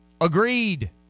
Agreed